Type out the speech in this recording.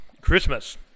Christmas